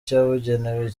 cyabugenewe